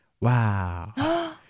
Wow